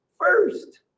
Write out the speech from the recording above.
first